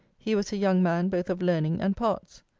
he was a young man both of learning and parts.